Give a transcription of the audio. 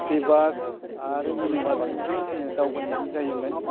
city bus आरो mini bus जोंसो जोङो दावबायनाय जायोमोन